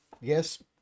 yes